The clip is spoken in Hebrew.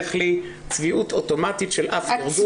לשייך לי צביעות אוטומטית של אף ארגון.